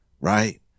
right